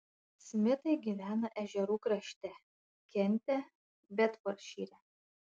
smitai gyvena ežerų krašte kente bedfordšyre